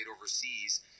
overseas